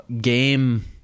game